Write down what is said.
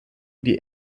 die